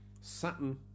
Saturn